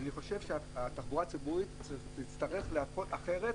אני חושב שהתחבורה הציבורית תצטרך להרפות, אחרת